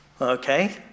okay